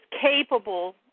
capable